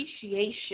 appreciation